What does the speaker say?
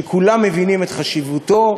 שכולם מבינים את חשיבותו,